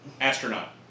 Astronaut